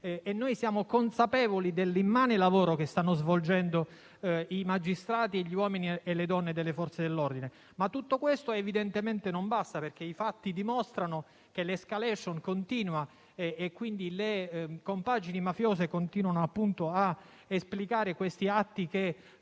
e siamo consapevoli dell'immane lavoro che stanno svolgendo i magistrati, gli uomini e le donne delle Forze dell'ordine. Ma tutto questo evidentemente non basta, perché i fatti dimostrano che l'*escalation* continua e, quindi, che le compagini mafiose continuano a esplicare atti che